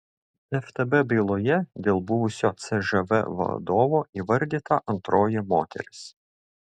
ftb byloje dėl buvusio cžv vadovo įvardyta antroji moteris